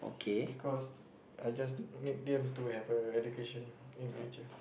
because I just need them to have a education in future